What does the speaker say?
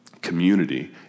community